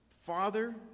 Father